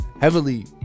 heavily